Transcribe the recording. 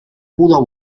pudo